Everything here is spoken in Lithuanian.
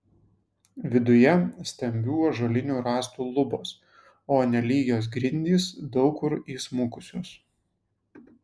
viduje stambių ąžuolinių rąstų lubos o nelygios grindys daug kur įsmukusios